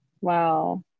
Wow